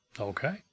Okay